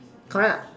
correct